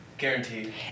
Guaranteed